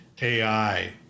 AI